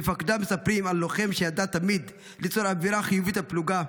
מפקדיו מספרים על לוחם שידע תמיד ליצור אווירה חיובית בפלוגה,